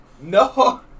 No